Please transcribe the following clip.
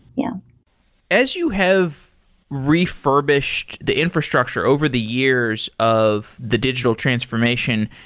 yeah as you have refurbished the infrastructure over the years of the digital transformation,